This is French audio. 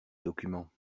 document